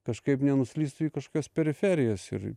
kažkaip nenuslystų į kažkokias periferijas ir